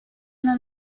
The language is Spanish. una